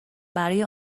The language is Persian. برای